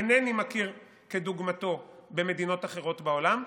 אינני מכיר כדוגמתו במדינות אחרות בעולם,